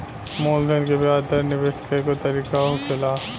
मूलधन के ब्याज दर निवेश के एगो तरीका होखेला